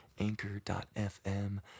anchor.fm